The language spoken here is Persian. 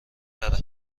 تره